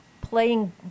playing